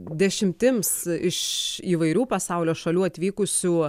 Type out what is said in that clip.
dešimtims iš įvairių pasaulio šalių atvykusių